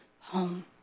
home